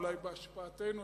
אולי בהשפעתנו,